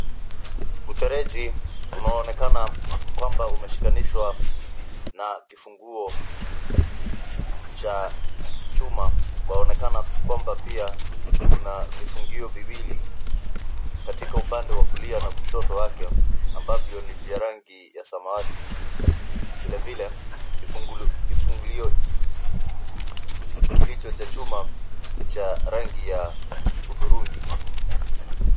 Mfereji unaonekana kwamba umeshikanishwa na kifunguo cha chuma, Kunaonekana kwamba pia kuna vifungio viwili katika upande wa kulia na kushoto wake ambavyo ni vya rangi ya samawati. Vile vile, kifungulio kilicho cha chuma ni cha rangi ya hudhurungi.